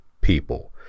people